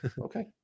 okay